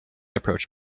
approach